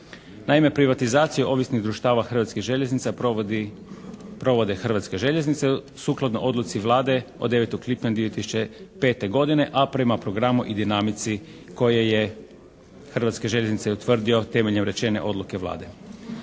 Naime privatizaciju ovisnih društava Hrvatskih željeznica provode Hrvatske željeznice sukladno odluci Vlade od 9. lipnja 2005. godine, a prema programu i dinamici koje je Hrvatske željeznice i utvrdio temeljem rečene odluke Vlade.